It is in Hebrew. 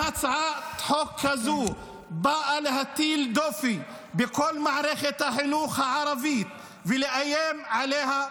אם הצעת חוק כזאת באה להטיל דופי בכל מערכת החינוך הערבית ולאיים עליה,